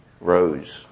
rose